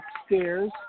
upstairs